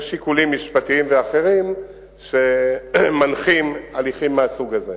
יש שיקולים משפטיים ואחרים שמנחים הליכים מהסוג הזה.